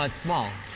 ah small,